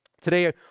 today